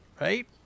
Right